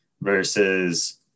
versus